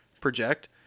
project